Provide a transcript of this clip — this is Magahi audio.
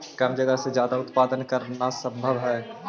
कम जगह में ज्यादा उत्पादन करल सम्भव हई